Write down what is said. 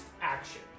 action